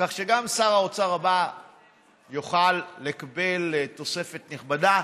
כך שגם שר האוצר הבא יוכל לקבל תוספת נכבדה